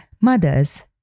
Mothers